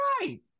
right